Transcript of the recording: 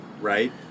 Right